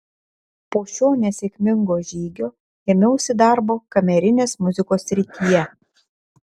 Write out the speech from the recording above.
po šio nesėkmingo žygio ėmiausi darbo kamerinės muzikos srityje